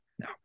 no